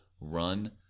run